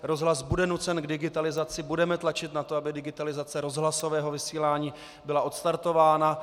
Rozhlas bude nucen k digitalizaci, budeme tlačit na to, aby digitalizace rozhlasového vysílání byla odstartována.